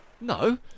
No